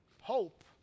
Hope